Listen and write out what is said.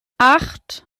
acht